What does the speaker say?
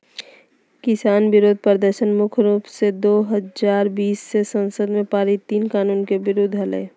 किसान विरोध प्रदर्शन मुख्य रूप से दो हजार बीस मे संसद में पारित तीन कानून के विरुद्ध हलई